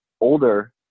older